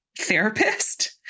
therapist